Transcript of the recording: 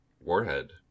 warhead